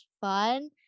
fun